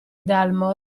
dalmor